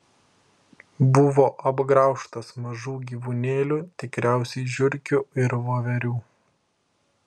buvo apgraužtas mažų gyvūnėlių tikriausiai žiurkių ir voverių